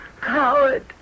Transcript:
Coward